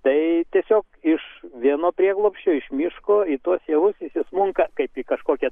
tai tiesiog iš vieno prieglobsčio iš miško į tuos javus jis įsmunka kaip į kažkokią